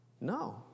No